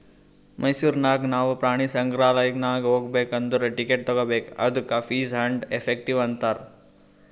ಮೈಸೂರ್ ನಾಗ್ ನಾವು ಪ್ರಾಣಿ ಸಂಗ್ರಾಲಯ್ ನಾಗ್ ಹೋಗ್ಬೇಕ್ ಅಂದುರ್ ಟಿಕೆಟ್ ತಗೋಬೇಕ್ ಅದ್ದುಕ ಫೀಸ್ ಆ್ಯಂಡ್ ಎಫೆಕ್ಟಿವ್ ಅಂತಾರ್